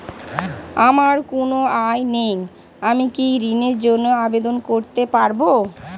আমার কোনো আয় নেই আমি কি ঋণের জন্য আবেদন করতে পারব?